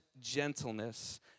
gentleness